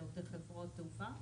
זה בתוך חברות התעופה